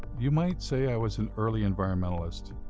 you might say i was an early environmentalist.